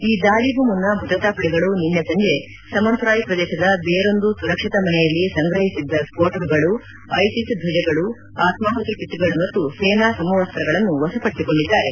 ಈ ದಾಳಿಗೂ ಮುನ್ನ ಭದ್ರತಾಪಡೆಗಳು ನಿನ್ನೆ ಸಂಜೆ ಸಮಂತುರಾಯ್ ಪ್ರದೇಶದ ಬೇರೊಂದು ಸುರಕ್ಷಿತ ಮನೆಯಲ್ಲಿ ಸಂಗ್ರಹಿಸಿದ್ದ ಸ್ಫೋಟಕಗಳು ಐಸಿಸ್ ಧ್ವಜಗಳು ಆತ್ಮಾಹುತಿ ಕಿಟ್ಗಳು ಮತ್ತು ಸೇನಾ ಸಮವಸ್ತಗಳನ್ನು ವಶಪಡಿಸಿಕೊಂಡಿದ್ದಾರೆ